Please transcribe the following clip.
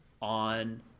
on